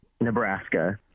Nebraska